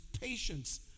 patience